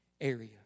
area